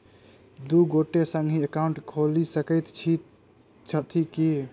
दु गोटे संगहि एकाउन्ट खोलि सकैत छथि की?